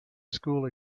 school